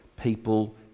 people